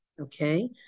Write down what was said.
Okay